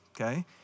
okay